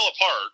apart